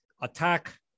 attack